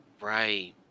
Right